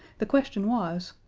the question was,